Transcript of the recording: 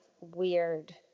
weird